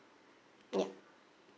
yup